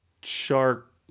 shark